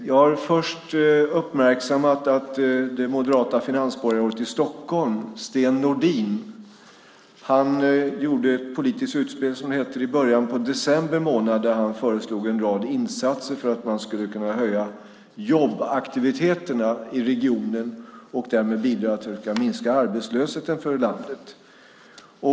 Jag har först uppmärksammat att det moderata finansborgarrådet i Stockholm, Sten Nordin, gjorde ett politiskt utspel, som det heter, i början av december månad där han föreslog en rad insatser för att kunna höja jobbaktiviteterna i regionen och därmed bidra till att försöka minska arbetslösheten i landet.